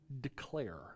declare